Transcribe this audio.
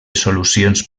solucions